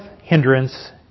hindrance